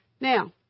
Now